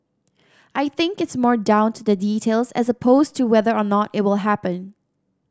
I think it's more down to the details as opposed to whether or not it will happen